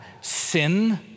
Sin